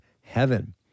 heaven